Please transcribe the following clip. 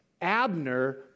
Abner